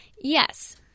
Yes